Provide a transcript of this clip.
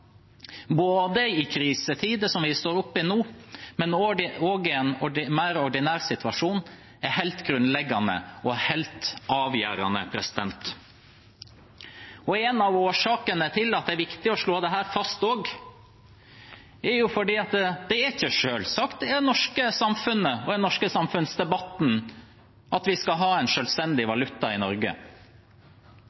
både i krisetider, som vi står oppe i nå, men også i en mer ordinær situasjon – er helt grunnleggende og helt avgjørende. En av årsakene til at det er viktig å slå dette fast, er at det er ikke selvsagt i det norske samfunnet og i den norske samfunnsdebatten at vi skal ha en